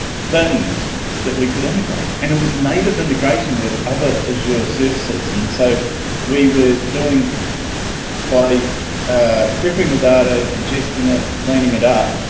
things that we could integrate and it was native integration with other azure services. and so we were doing by preparing the data, ingesting it, cleaning it up,